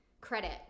credit